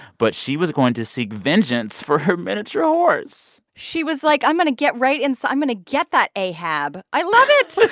but she was going to seek vengeance for her miniature horse she was like, i'm going to get right in so i'm going to get that ahab. i love it